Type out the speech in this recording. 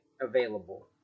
available